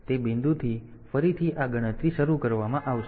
તેથી તે બિંદુથી ફરીથી આ ગણતરી શરૂ કરવામાં આવશે